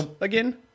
again